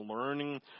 learning